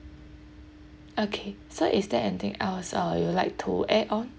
okay so is there anything else uh you would like to add on